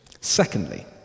Secondly